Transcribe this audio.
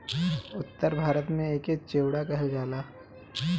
उत्तर भारत में एके चिवड़ा कहल जाला